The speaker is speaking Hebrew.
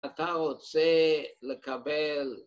‫אתה רוצה לקבל...